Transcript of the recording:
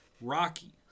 Rocky